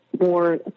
more